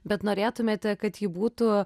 bet norėtumėte kad ji būtų